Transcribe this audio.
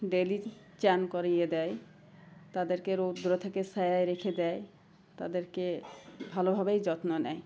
daily স্নান করিয়ে দেয় তাদেরকে রৌদ্র থেকে ছায়া রেখে দেয় তাদেরকে ভালোভাবেই যত্ন নেয়